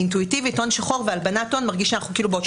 אינטואיטיבית הון שחור והלבנת הון מרגיש שאנחנו כאילו באותו מגרש.